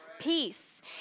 peace